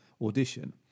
audition